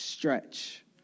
Stretch